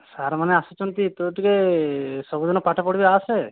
sir ମାନେ ଆସୁଛନ୍ତି ତୁ ଟିକେ ସବୁ ଦିନ ପାଠ ପଢ଼ି ଆସେ